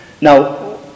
Now